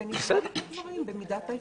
ונשקול את הדברים במידת האפשר.